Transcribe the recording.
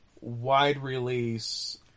wide-release